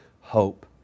hope